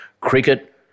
cricket